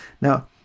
Now